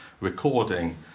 recording